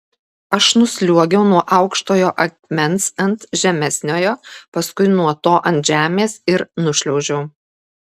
aš nusliuogiau nuo aukštojo akmens ant žemesniojo paskui nuo to ant žemės ir nušliaužiau